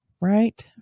right